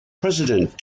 president